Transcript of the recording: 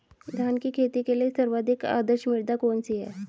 धान की खेती के लिए सर्वाधिक आदर्श मृदा कौन सी है?